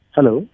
Hello